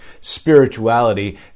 spirituality